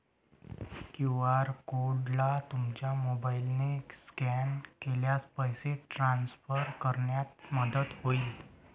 QR कोडला तुमच्या मोबाईलने स्कॅन केल्यास पैसे ट्रान्सफर करण्यात मदत होईल